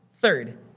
third